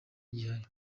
gihari